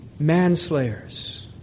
manslayers